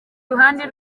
ruhande